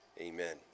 amen